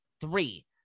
three